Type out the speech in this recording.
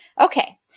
Okay